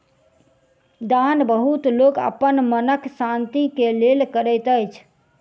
दान बहुत लोक अपन मनक शान्ति के लेल करैत अछि